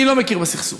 אני לא מכיר בסכסוך.